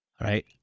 right